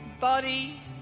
Body